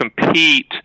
compete